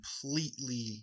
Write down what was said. completely